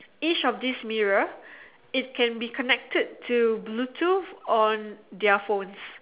each of these mirror it can be connected to Bluetooth on their phones